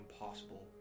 impossible